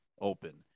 open